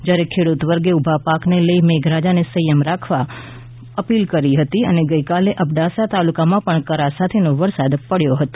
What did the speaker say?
જ્યારે ખેડૂત વર્ગે ઉભા પાકને લઈ મેઘરાજાને સંયમ રાખવા અને ગઈ કાલે અબડાસા તાલુકામાં પણ કરા સાથેનો વરસાદ પડ્યો હતો